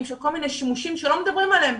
של כל מיני שימושים שלא מדברים עליהם,